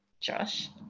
Josh